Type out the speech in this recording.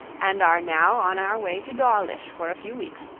and are now on our way to dawlish for a few weeks,